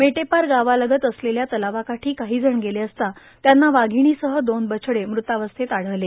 मेटेपार गावालगत असलेल्या तलावाकाठी काहीजण गेले असता त्यांना वाघिणीसह दोन बछडे मृतावस्थेत आढळले